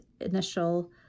initial